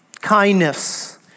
kindness